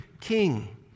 king